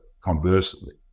conversely